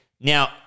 now